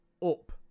Up